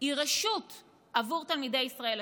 היא רשות עבור תלמידי ישראל.